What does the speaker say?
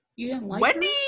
Wendy